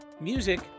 Music